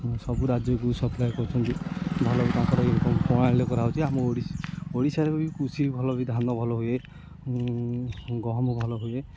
ସବୁ ରାଜ୍ୟକୁ ସପ୍ଲାଏ କରୁଛନ୍ତି ଭଲ ବି ତାଙ୍କର ଇନକମ୍ ପ୍ରଣାଳୀରେ କରାହେଉଛି ଆମ ଓଡ଼ିଶାରେ ବି କୃଷି ଭଲ ବି ଧାନ ଭଲ ହୁଏ ଗହମ ଭଲ ହୁଏ